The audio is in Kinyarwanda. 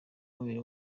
umubiri